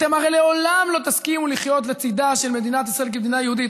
אתם הרי לעולם לא תסכימו לחיות לצידה של מדינת ישראל כמדינה יהודית.